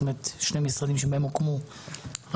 זאת אומרת שני משרדים שבהם הוקמו אגפי